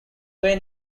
way